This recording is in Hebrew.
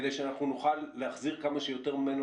כדי שאנחנו נוכל להחזיר כמה שיותר ממנו